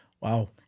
Wow